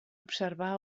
observar